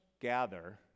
gather